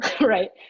right